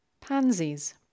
Pansies